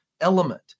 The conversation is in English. element